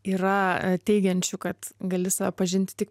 yra teigiančių kad gali save pažinti tik